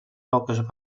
poques